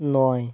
নয়